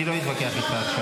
אני לא אתווכח איתך.